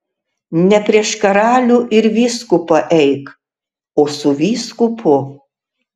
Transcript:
ne prieš karalių ir vyskupą eik o su vyskupu